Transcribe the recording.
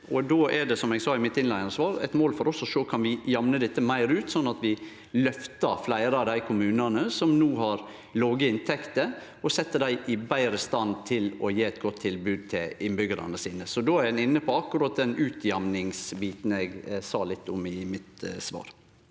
svaret mitt, eit mål for oss å sjå om vi kan jamne dette meir ut, slik at vi løftar fleire av dei kommunane som no har låge inntekter, og set dei betre i stand til å gje eit godt tilbod til innbyggjarane sine. Då er ein inne på akkurat den utjamningsbiten eg sa litt om i mitt svar.